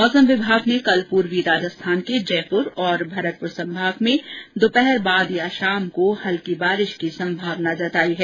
मौसम विभाग ने कल पूर्वी राजस्थान के जयपुर और भरतपुर संभाग में दोपहर बाद या शाम को हल्की बारिश की संभावना जताई है